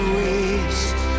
waste